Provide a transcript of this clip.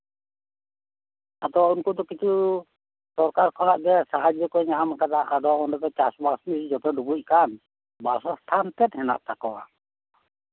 ᱟᱫᱚ ᱩᱱᱠᱩ ᱫᱚ ᱠᱤᱪᱷᱩ ᱥᱚᱨᱠᱟᱨ ᱠᱷᱚᱱᱟᱜ ᱜᱮ ᱥᱟᱦᱟᱡᱡᱚ ᱠᱚ ᱧᱟᱢ ᱠᱟᱫᱟ ᱟᱫᱚ ᱚᱱᱰᱮ ᱪᱟᱥᱵᱟᱥ ᱢᱟ ᱡᱚᱛᱚ ᱰᱩᱵᱩᱡ ᱟᱠᱟᱱ ᱵᱟᱥᱚᱥᱛᱷᱟᱱ ᱛᱮᱜ ᱢᱮᱱᱟᱜ ᱛᱟᱠᱚᱣᱟ